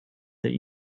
that